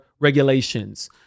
regulations